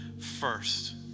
first